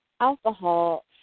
alcohol